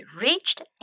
reached